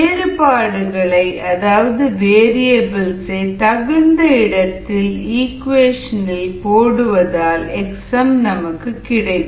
வேறுபாடுகளை தகுந்த இடத்தில் இக்குவேஷன் இல் போடுவதில் Xm கிடைக்கும்